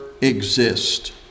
exist